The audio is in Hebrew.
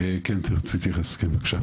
בבקשה.